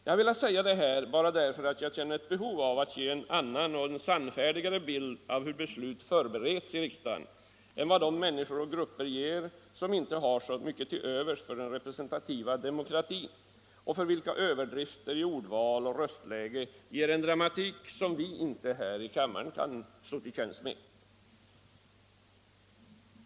Jag har velat säga detta bara för att jag känner ett behov av att ge en annan och sannfärdigare bild av hur beslut förbereds i riksdagen än den de människor och grupper av människor ger som inte har så mycket till övers för den representativa demokratin och för vilka överdrifter i ordval och röstläge ger en dramatik som vi inte här i kammaren kan stå till tjänst med.